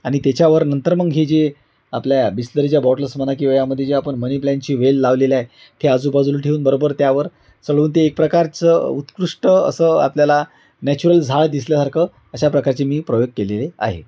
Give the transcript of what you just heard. आणि त्याच्यावर नंतर मग हे जे आपल्या बिसलरीच्या बॉटल्स म्हणा किवा यामध्ये जे आपण मनीप्लॅंटची वेल लावलेल्या आहे ते आजूबाजूला ठेवून बरोबर त्यावर चढून ते एक प्रकारचं उत्कृष्ट असं आपल्याला नॅचरल झाड दिसल्यासारखं अशा प्रकारचे मी प्रयोग केलेले आहे